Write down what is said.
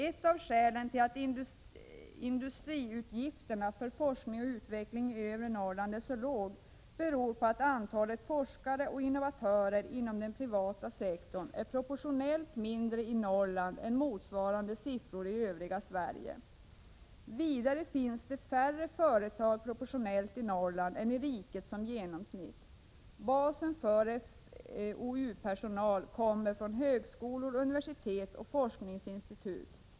Ett av skälen till att industrins utgifter för fou i övre Norrland är så låga är att antalet forskare och innovatörer inom den privata sektorn är proportionellt mindre i Norrland jämfört med övriga Sverige. Vidare finns det färre företag proportionellt i Norrland än i riket som genomsnitt. Basen för fou-personal kommer från högskolor, universitet och forskningsinstitut.